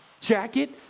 jacket